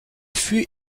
fut